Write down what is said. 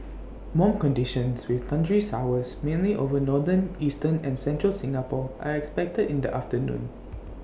warm conditions with thundery showers mainly over northern eastern and central Singapore are expected in the afternoon